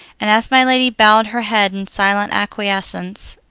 and as my lady bowed her head in silent acquiescence,